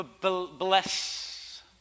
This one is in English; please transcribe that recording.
bless